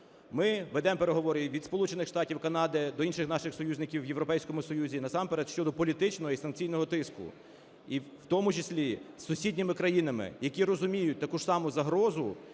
Ми ведемо переговори, від Сполучених Штатів і Канади до інших наших союзників в Європейському Союзі, насамперед, щодо політичного і санкційного тиску. І в тому числі з сусідніми країнами, які розуміють таку ж саме загрозу,